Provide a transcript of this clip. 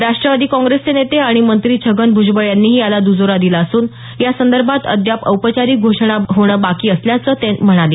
राष्ट्रवादी काँग्रेसचे नेते आणि मंत्री छगन भुजबळ यांनीही याला दुजोरा दिला असून यासंदर्भात अद्याप औपचारिक घोषणा होणं बाकी असल्याचं सांगितलं